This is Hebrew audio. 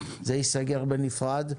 זה ייסגר בנפרד,